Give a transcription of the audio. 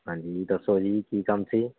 ਹਾਂਜੀ ਦੱਸੋ ਜੀ ਕੀ ਕੰਮ ਸੀ